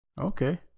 Okay